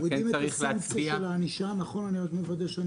מורידים את הסנקציה של הענישה הפלילית.